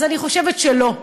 אז אני חושבת שלא.